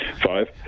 five